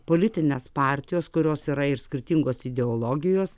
politinės partijos kurios yra ir skirtingos ideologijos